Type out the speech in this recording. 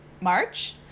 March